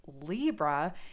Libra